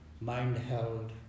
mind-held